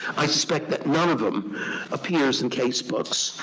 i suspect that none of them appears in case books,